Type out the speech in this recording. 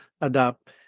adopt